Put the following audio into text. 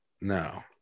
no